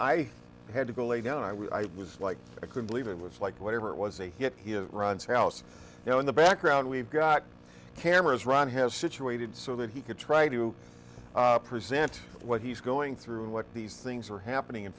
i had to go lay down i was like i could believe it was like whatever it was a hit run's house you know in the background we've got cameras run has situated so that he could try to present what he's going through what these things were happening in